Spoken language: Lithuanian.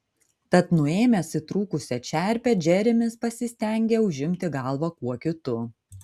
tad nuėmęs įtrūkusią čerpę džeremis pasistengė užimti galvą kuo kitu